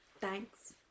thanks